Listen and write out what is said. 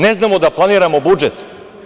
Ne znamo da planiramo budžet?